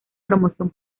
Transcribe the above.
promoción